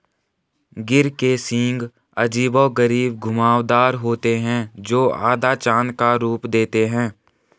गिर के सींग अजीबोगरीब घुमावदार होते हैं, जो आधा चाँद का रूप देते हैं